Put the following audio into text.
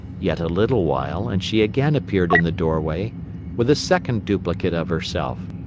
yet a little while and she again appeared in the doorway with a second duplicate of herself.